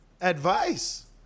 Advice